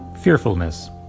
fearfulness